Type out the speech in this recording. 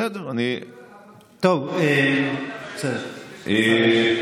בסדר, אני, טוב, אני מודה לך.